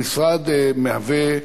המשרד מהווה,